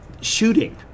shooting